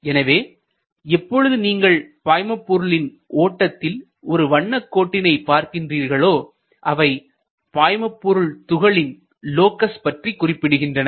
எனவே எப்பொழுது நீங்கள் பாய்மபொருளின் ஓட்டத்தில் ஒரு வண்ண கோட்டினை பார்க்கிறீர்களோ அவை பாய்மபொருள் துகளின் லோகஸ் பற்றி குறிப்பிடுகின்றன